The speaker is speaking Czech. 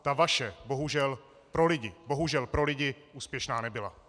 Ta vaše, bohužel, pro lidi, bohužel pro lidi, úspěšná nebyla.